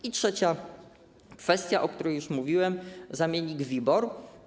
I trzecia kwestia, o której już mówiłem, zamiennik WIBOR.